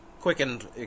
quickened